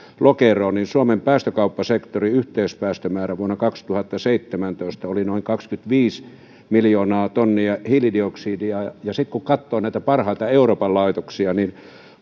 lokeroon niin suomen päästökauppasektorin yhteispäästömäärä vuonna kaksituhattaseitsemäntoista oli noin kaksikymmentäviisi miljoonaa tonnia hiilidioksidia sitten kun katsoo näitä parhaita euroopan laitoksia niin